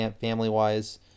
family-wise